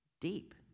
Deep